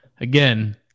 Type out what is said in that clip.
Again